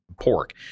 pork